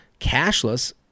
Cashless